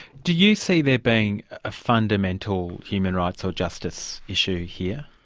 do you see there being a fundamental human rights or justice issue here?